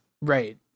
Right